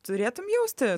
turėtumei jausti